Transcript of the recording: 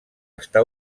està